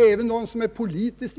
Även de som är partipolitiskt